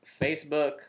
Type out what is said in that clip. Facebook